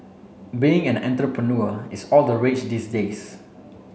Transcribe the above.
being an entrepreneur is all the rage these days